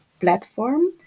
platform